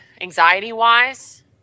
anxiety-wise